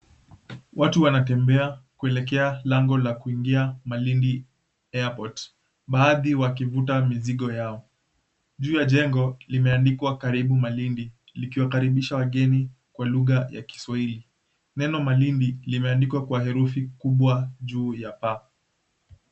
Watu wanatembea kuelekea lango la kuingia Malindi Airport, baadhi wakivuta mizigo yao. Juu ya jengo, limeandikwa, Karibu Malindi, likiwakaribisha wageni kwa lugha ya Kiswahili. Neno Malindi limeandikwa kwa herufi kubwa juu ya paa.